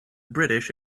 british